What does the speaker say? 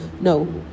no